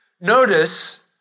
notice